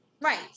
Right